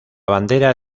bandera